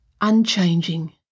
unchanging